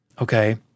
Okay